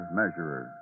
measurer